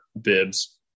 bibs